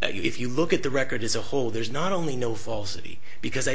if you look at the record as a whole there's not only no falsity because i